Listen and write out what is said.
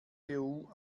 cpu